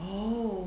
oh